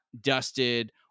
dusted